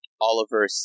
Oliver